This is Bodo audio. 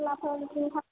फोरलाफोर जिंखा